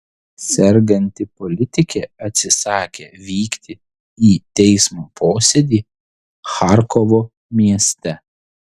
serganti politikė atsisakė vykti į teismo posėdį charkovo mieste